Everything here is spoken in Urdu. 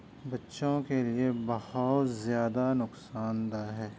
بچوں کے لیے بہت زیادہ نقصان دہ ہے